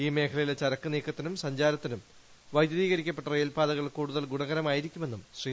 ഈ മേഖലയിലെ ചരക്കുനീക്കത്തിനും സഞ്ചാർത്തിനും വൈദ്യുതീകരിക്കപ്പെട്ട റെയിൽപാതകൾ കൂടുതൽ ഗുണകരമായിരിക്കുമെന്നും ശ്രീ